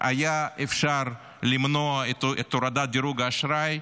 היה אפשר למנוע את הורדת דירוג האשראי,